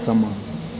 ਸਮਾਂ